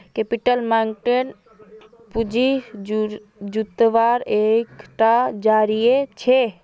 capital market पूँजी जुत्वार एक टा ज़रिया छे